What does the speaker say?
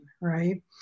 right